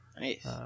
Nice